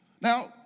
Now